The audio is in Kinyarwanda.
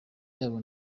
yabo